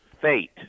fate